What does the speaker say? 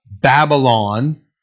Babylon